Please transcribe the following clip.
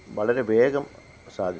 വളരെ വേഗം സാധിച്ചു